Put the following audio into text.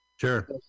Sure